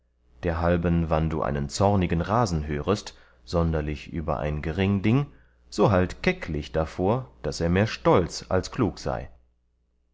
sei derhalben wann du einen zornigen rasen hörest sonderlich über ein gering ding so halt kecklich davor daß er mehr stolz als klug sei